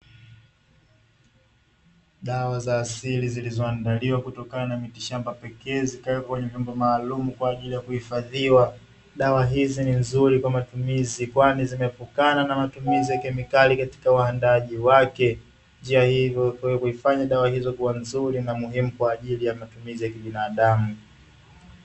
Dawa za asili zilizoandaliwa kutokana na miti shamba pekee, zikiwekwa kwenye vyombo maalumu kwa ajili ya kuhifadhiwa, dawa hizi ni nzuri kwa matumizi kwani zimeepukana na matumizi yake kemikali katika uandaaji wake; njia hii huzifanya dawa hizo kuwa nzuri na muhimu kwa ajili ya matumizi ya kibinadamu.